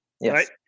Yes